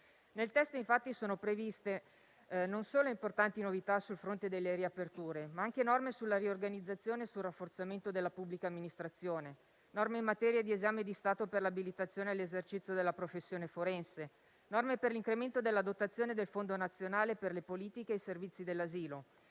Nel testo infatti sono previste, non solo importanti novità sul fronte delle riaperture, ma anche norme sulla riorganizzazione e sul rafforzamento della pubblica amministrazione, norme in materia di esame di stato per l'abilitazione all'esercizio della professione forense, norme per l'incremento della dotazione del Fondo nazionale per le politiche e i servizi dell'asilo,